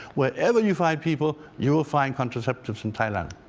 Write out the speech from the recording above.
whereveryou find people, you will find contraceptives in thailand.